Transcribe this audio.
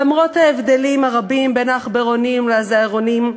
למרות ההבדלים הרבים בין העכברונים לזעירונים,